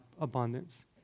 abundance